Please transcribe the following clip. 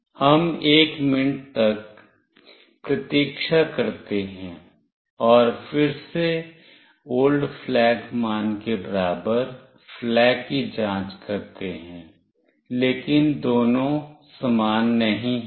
हम एक मिनट तक प्रतीक्षा करते हैं और फिर से old flag मान के बराबर flag की जांच करते हैं लेकिन दोनों समान नहीं हैं